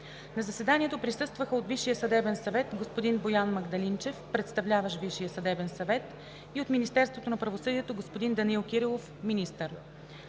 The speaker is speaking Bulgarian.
На заседанието присъстваха: от Висшия съдебен съвет – господин Боян Магдалинчев, представляващ Висшия съдебен съвет, и от Министерството на правосъдието – господин Данаил Кирилов, министър.